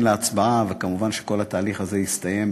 להצבעה וכמובן שכל התהליך הזה יסתיים,